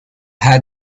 had